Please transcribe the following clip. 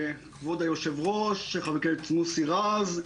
כבוד היושב-ראש, חבר הכנסת מוסי רז,